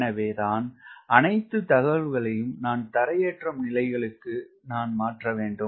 எனவே தான் அனைத்து தகவல்களையும் நான் தரையேற்றம் நிலைகளுக்கு நான் மாற்ற வேண்டும்